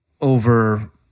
over-